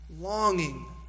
longing